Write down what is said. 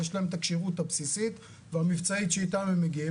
יש להם את הכשירות הבסיסית והמבצעית שאתה הם מגיעים,